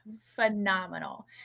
Phenomenal